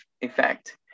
effect